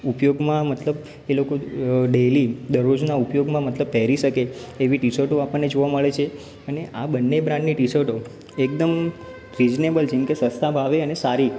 ઉપયોગમાં મતલબ એ લોકો ડેઇલી દરરોજનાં ઉપયોગમાં મતલબ પહેરી શકે એવી ટી શર્ટો આપણને જોવા મળે છે અને આ બંને બ્રાન્ડની ટી શર્ટો એકદમ રીઝનેબલ જેમ કે સસ્તાં ભાવે અને સારી